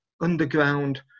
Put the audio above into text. underground